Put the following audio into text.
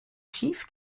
schief